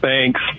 Thanks